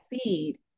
seed